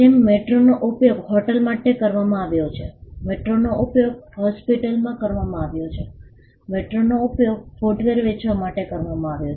જેમ મેટ્રોનો ઉપયોગ હોટલો માટે કરવામાં આવ્યો છે મેટ્રોનો ઉપયોગ હોસ્પિટલોમાં કરવામાં આવ્યો છે મેટ્રોનો ઉપયોગ ફૂટવેર વેચવા માટે કરવામાં આવ્યો છે